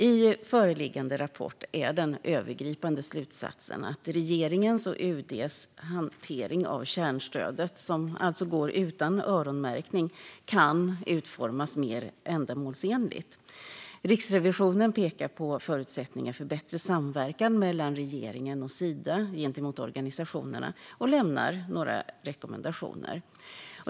I föreliggande rapport är den övergripande slutsatsen att regeringens och UD:s hantering av kärnstödet, som alltså går utan öronmärkning, kan utformas mer ändamålsenligt. Riksrevisionen pekar på förutsättningar för bättre samverkan mellan regeringen och Sida gentemot organisationerna och lämnar några rekommendationer.